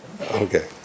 Okay